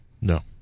no